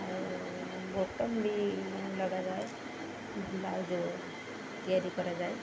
ଆଉ ବୋତାମ ବି ଲଗାଯାଏ ବ୍ଲାଉଜ୍ ତିଆରି କରାଯାଏ